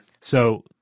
So-